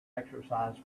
exercise